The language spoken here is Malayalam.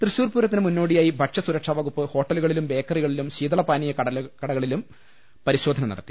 തൃശൂർ പൂരത്തിന് മുന്നോടിയായി ഭക്ഷ്യസുരക്ഷാവകുപ്പ് ഹോട്ട ലുകളിലും ബേക്കറികളിലും ശീതളപാനീയ കടകളിലും പരിശോ ധന നടത്തി